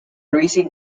recent